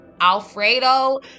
alfredo